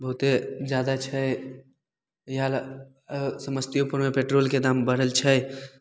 बहुत्ते जादा छै इहए लए आरो समसतीयोपुरमे पेट्रोलके दाम बढ़ल छै